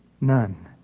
None